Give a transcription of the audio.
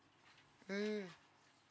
mm